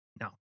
No